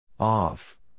Off